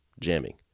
jamming